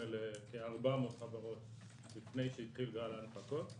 לכ-400 חברות לפני שהתחיל גל ההנפקות,